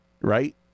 right